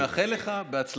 לא, אני מאחל לך הצלחה.